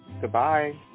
Goodbye